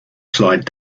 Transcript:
slide